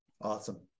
Awesome